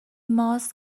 ماست